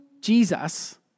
Jesus